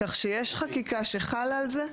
כך שיש חקיקה שחלה על זה.